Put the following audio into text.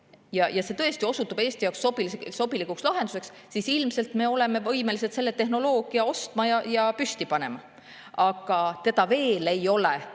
ja see tõesti osutuks Eesti jaoks sobilikuks lahenduseks, siis ilmselt me oleksime võimelised selle tehnoloogia ostma ja püsti panema. Aga seda veel ei ole.